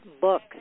books